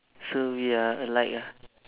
so we are alike ah